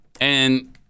And-